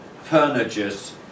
furnitures